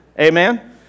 Amen